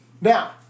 Now